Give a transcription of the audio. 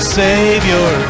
savior